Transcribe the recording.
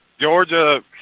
Georgia